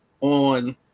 on